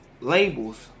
labels